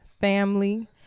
family